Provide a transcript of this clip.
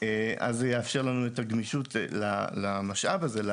אז זה יאפשר לנו את הגמישות למשאב הזה,